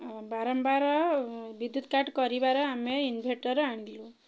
ବାରମ୍ବାର ବିଦ୍ୟୁତ୍ କାଟ୍ କରିବାର ଆମେ ଇନଭର୍ଟର୍ ଆଣିଲୁ